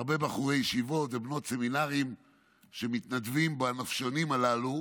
בחורי ישיבות ובנות סמינרים שמתנדבים בנופשונים הללו,